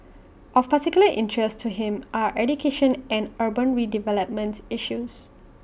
of particular interest to him are education and urban redevelopment issues